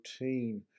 routine